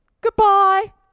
Goodbye